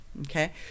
Okay